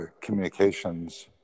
communications